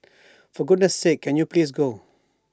for goodness sake can you please go